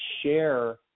share